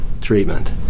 treatment